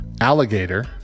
alligator